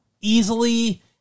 easily